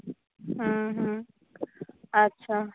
ହଁ ହଁ ଆଚ୍ଛା